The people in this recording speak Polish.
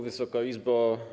Wysoka Izbo!